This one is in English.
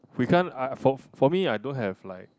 we can't I for for me I don't have like